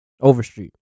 Overstreet